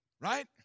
Right